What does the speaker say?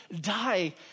die